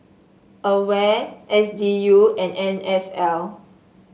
Aware S D U and N S L